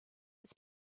it’s